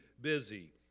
busy